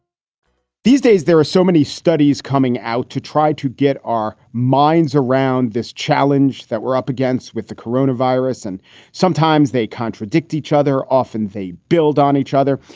these days, there are so many studies coming out to try to get our minds around this challenge that we're up against with the corona virus, and sometimes they contradict each other, often they build on each other.